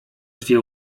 dwie